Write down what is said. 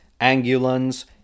Angulans